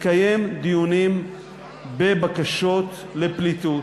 מקיים דיונים בבקשות לפליטות.